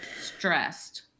stressed